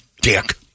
Dick